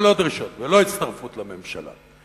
ללא דרישות, ללא הצטרפות לממשלה.